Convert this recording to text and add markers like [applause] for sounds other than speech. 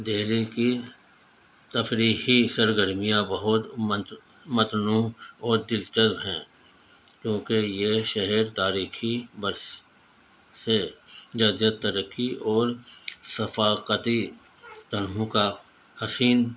دہلی کی تفریحی سرگرمیاں بہت متنوع اور دلچسپ ہیں کیونکہ یہ شہر تاریخی بس سے [unintelligible] ترقی اور ثفاقتی [unintelligible] کا حسین